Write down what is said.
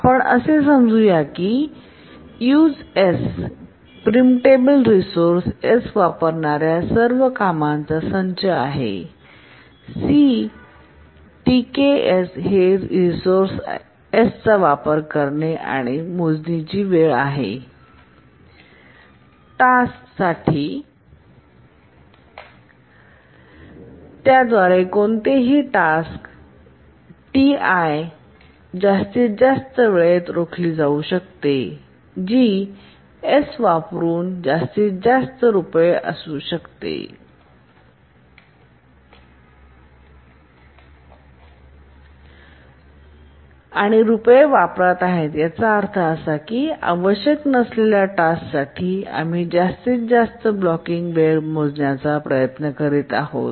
आपण असे समजू या की Use pre preemptable resource S वापरणार्या सर्व कामांचा संच आहे आणि C T k S हे रिसोर्से S चा वापर करण्याची मोजणी वेळ आहे टास्क Tk साठी आणि त्याद्वारे कोणतीही टास्क Ti जास्तीत जास्त वेळेत रोखली जाऊ शकते जी Use वापरुन जास्तीत जास्त असू शकते आणि याचा अर्थ असा आहे की आवश्यक नसलेल्या टास्कसाठी आम्ही जास्तीत जास्त ब्लॉकिंग वेळ मोजण्याचा प्रयत्न करीत आहोत